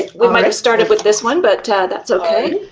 we might have started with this one but that's okay.